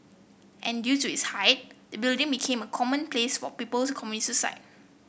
and due to its height the building became a common place for people to commit suicide